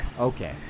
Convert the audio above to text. Okay